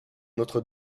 notre